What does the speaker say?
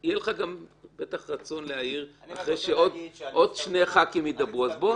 אבל יהיה גם בטח רצון להעיר אחרי שעוד שני ח"כים ידברו.